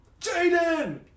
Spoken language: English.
Jaden